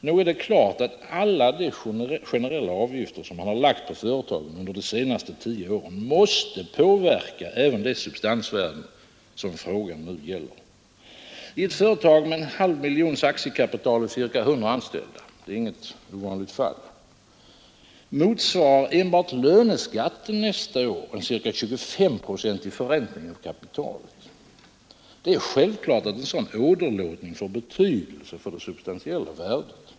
Nog är det klart att alla de generella avgifter som har lagts på företagarna under de senaste tio åren måste påverka även de substansvärden som frågan nu gäller. I ett företag med ett aktiekapital på en halv miljon kronor och ca 100 anställda — det är inget ovanligt fall — motsvarar enbart löneskatten nästa år en ca 25 procentig förräntning av kapitalet. Det är självklart att en sådan åderlåtning får betydelse för det substantiella värdet.